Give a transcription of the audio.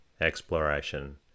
exploration